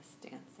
dancing